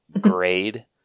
grade